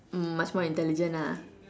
hmm much more intelligent ah